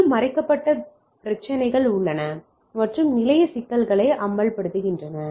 மேலும் மறைக்கப்பட்ட பிரச்சினைகள் உள்ளன மற்றும் நிலைய சிக்கல்களை அம்பலப்படுத்துகின்றன